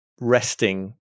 resting